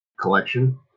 collection